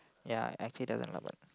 ya actually doesn't lah but